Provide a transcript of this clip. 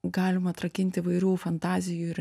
galima atrakinti įvairių fantazijų ir